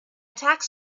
tax